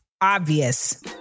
obvious